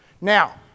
Now